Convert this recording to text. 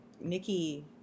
Nikki